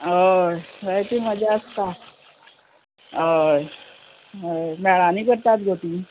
हय ती मजा आसता हय हय मेळांनी करतात गो ती